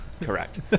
Correct